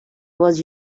was